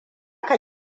ka